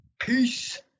Peace